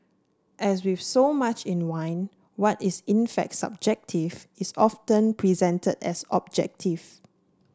as with so much in wine what is in fact subjective is often presented as objective